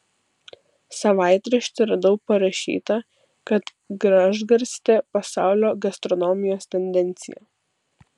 savaitrašty radau parašyta kad gražgarstė pasaulio gastronomijos tendencija